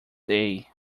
day